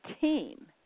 team